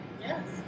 yes